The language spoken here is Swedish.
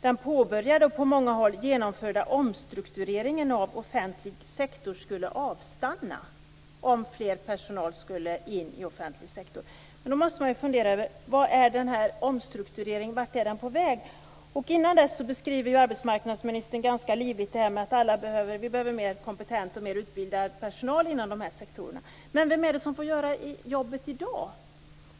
den påbörjade och på många håll genomförda omstruktureringen av offentlig sektor skulle avstanna om mer personal skulle in i offentlig sektor. Då måste man fundera över vart omstruktureringen är på väg. Innan dess beskriver arbetsmarknadsministern ganska livligt att vi behöver mer kompetent och mer utbildad personal inom de här sektorerna. Men vem är det som får göra jobbet i dag?